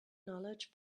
knowledge